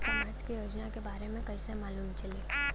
समाज के योजना के बारे में कैसे मालूम चली?